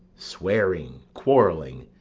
swearing, quarrelling,